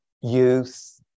youth